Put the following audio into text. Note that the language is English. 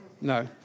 No